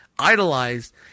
idolized